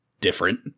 different